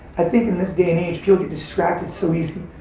i think in this day and age, people get distracted so easy.